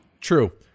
True